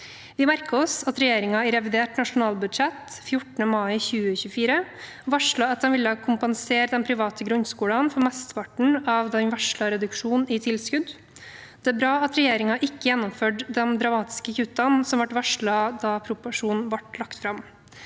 Vi merker oss at regjeringen i forslag til revidert nasjonalbudsjett fra 14. mai 2024 varslet at de ville kompensere de private grunnskolene for mesteparten av den varslede reduksjonen i tilskudd. Det er bra at regjeringen ikke gjennomførte de dramatiske kuttene som ble varslet da proposisjonen ble lagt fram,